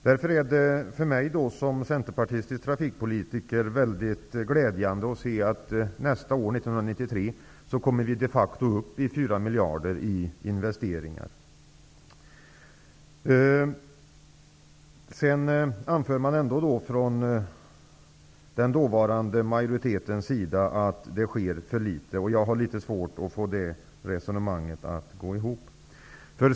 Det är därför för mig som centerpartistisk trafikpolitiker mycket glädjande att se att vi nästa år, år 1993, de facto kommer upp till 4 miljarder i investeringar. De som utgjorde den dåvarande majoriteten anför nu att det sker för litet. Jag har litet svårt att få resonemanget att gå ihop.